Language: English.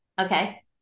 Okay